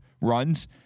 runs